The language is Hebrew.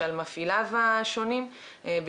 מה שדיברנו,